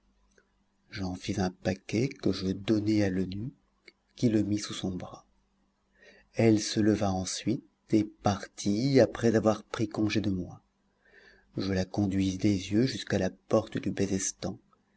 fis un paquet que je donnai à l'eunuque qui le mit sous son bras elle se leva ensuite et partit après avoir pris congé de moi je la conduisis des yeux jusqu'à la porte du bezestan